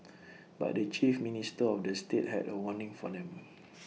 but the chief minister of the state had A warning for them